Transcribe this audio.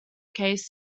case